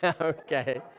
Okay